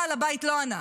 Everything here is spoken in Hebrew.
בעל הבית לא ענה.